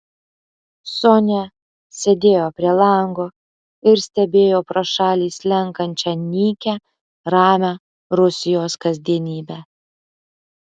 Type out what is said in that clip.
sonia sėdėjo prie lango ir stebėjo pro šalį slenkančią nykią ramią rusijos kasdienybę